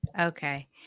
Okay